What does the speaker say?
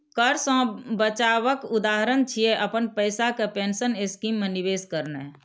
कर सं बचावक उदाहरण छियै, अपन पैसा कें पेंशन स्कीम मे निवेश करनाय